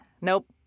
Nope